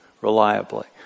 reliably